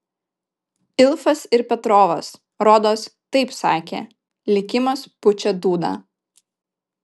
ilfas ir petrovas rodos taip sakė likimas pučia dūdą